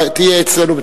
תהיה אצלנו,